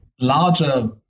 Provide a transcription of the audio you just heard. larger